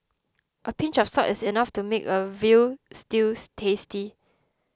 a pinch of salt is enough to make a Veal Stew tasty